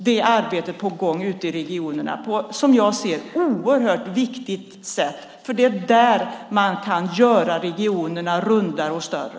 Det arbetet pågår ute i regionerna och är, som jag ser det, oerhört viktigt. Det är nämligen då man kan göra regionerna rundare och större.